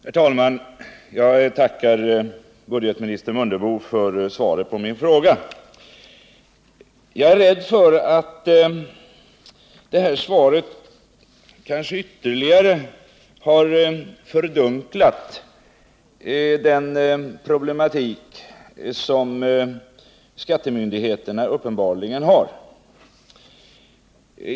Herr talman! Jag tackar budgetoch ekonomiminister Mundebo för svaret på min fråga. Jag är rädd för att detta svar kanske ytterligare har fördunklat den problematik som skattemyndigheterna uppenbarligen står inför.